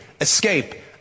escape